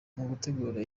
gutegura